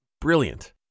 Brilliant